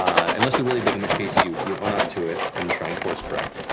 um unless they're really big in which case you you own up to it and try and course correct.